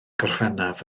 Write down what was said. gorffennaf